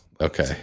Okay